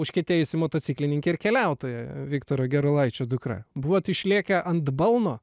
užkietėjusi motociklininkė ir keliautoja viktoro gerulaičio dukra buvot išlėkę ant balno